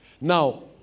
Now